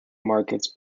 markets